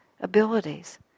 abilities